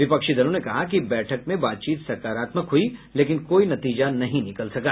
विपक्षी दलों ने कहा कि बैठक में बातचीत सकारात्मक हुई लेकिन कोई नतीजा नहीं निकल सका